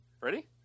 Ready